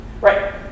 Right